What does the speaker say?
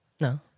No